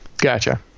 Gotcha